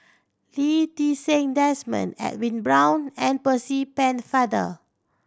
Lee Ti Seng Desmond Edwin Brown and Percy Pennefather